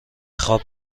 خواب